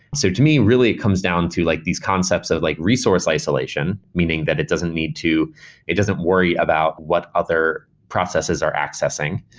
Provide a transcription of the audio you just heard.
so to me, really, it comes down to like these concepts of like resource isolation, meaning that it doesn't need to it doesn't worry about what other processes are accessing.